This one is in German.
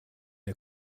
der